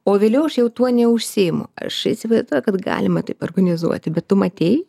o vėliau aš jau tuo neužsiimu aš įsivaizduoju kad galima taip organizuoti bet tu matei